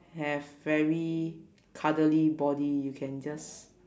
have very cuddly body you can just